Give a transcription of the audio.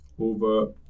over